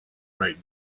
right